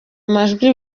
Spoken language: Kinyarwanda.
amajwi